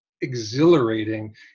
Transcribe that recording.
exhilarating